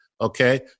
okay